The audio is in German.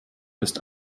ist